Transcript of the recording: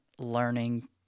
learning